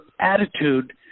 attitude